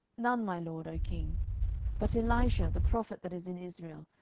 none, my lord, o king but elisha, the prophet that is in israel,